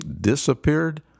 disappeared